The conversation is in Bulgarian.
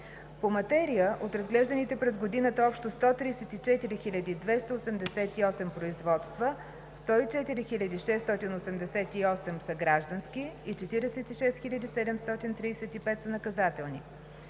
По материя от разглежданите през годината общо 134 288 производства 104 688 са граждански и 46 735 са наказателни.